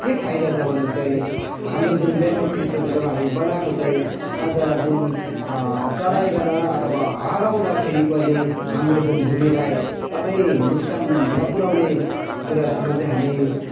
के फाइदा छ भने चाहिँ हाम्रो जुन ब्याम्बोको चिजहरू जब हामी बनाएको चाहिँ आज जुन चलाइकन अथवा हराउँदाखेरि पनि हाम्रो जुन भूमीलाई एकदमै नोक्सान नपुऱ्याउने कुरामा चाहिँ हामी